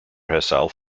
herself